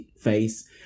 face